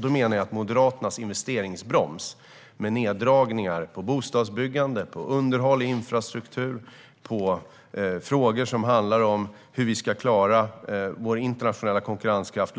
Då tror jag att Moderaternas investeringsbroms - med neddragningar när det gäller bostadsbyggande, underhåll i infrastruktur och frågor som handlar om hur vi långsiktigt ska klara vår internationella konkurrenskraft,